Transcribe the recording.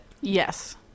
yes